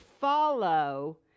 follow